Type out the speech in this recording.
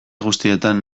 guztietan